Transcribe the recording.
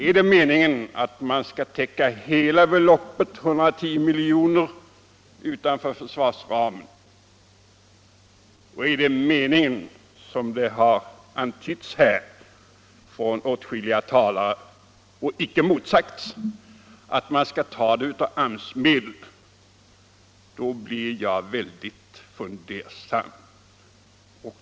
Är det meningen att man skall täcka hela beloppet, 110 milj.kr., utanför försvarsramen, och är det meningen, som det har antytts här av åtskilliga talare — och icke motsagts — att man skall ta det av AMS medel, då blir jag väldigt fundersam.